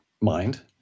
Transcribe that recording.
mind